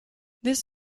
this